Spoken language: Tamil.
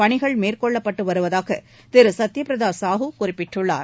பணிகள் மேற்கொள்ளப்பட்டு வருவதாக திரு சத்தியபிரதா சாஹு குறிப்பிட்டுள்ளார்